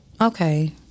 Okay